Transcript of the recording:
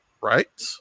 right